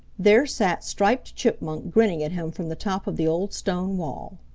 there sat striped chipmunk grinning at him from the top of the old stone wall.